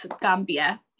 Gambia